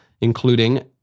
including